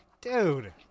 Dude